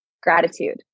gratitude